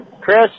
Chris